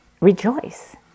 rejoice